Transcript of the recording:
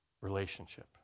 relationship